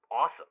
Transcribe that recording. awesome